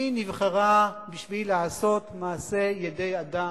היא נבחרה בשביל לעשות מעשה ידי אדם,